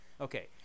Okay